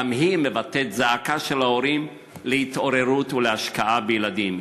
גם היא מבטאת זעקה של ההורים להתעוררות ולהשקעה בילדים.